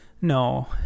no